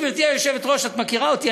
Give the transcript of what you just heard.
גברתי היושבת-ראש, את מכירה אותי.